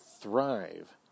thrive